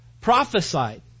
Prophesied